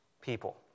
people